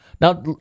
Now